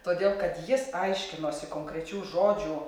todėl kad jis aiškinosi konkrečių žodžių